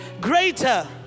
greater